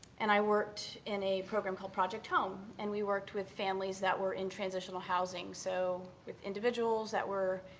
and i worked in a program called project home, and we worked with families that were in transitional housing. so with individuals that were,